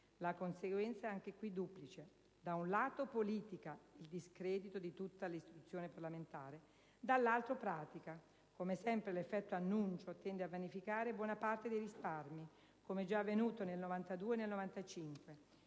La conseguenza è anche qui duplice: da un lato, sul piano politico, vi è il discredito di tutta l'istituzione parlamentare; dall'altro, sul piano pratico, come sempre l'effetto annuncio tende a vanificare buona parte dei risparmi, come già avvenuto nel 1992 e nel 1995.